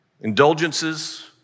Indulgences